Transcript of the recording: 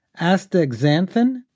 astaxanthin